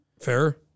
fair